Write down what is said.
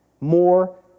more